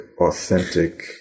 authentic